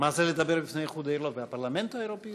מה זה לדבר בפני האיחוד האירופי, הפרלמנט האירופי?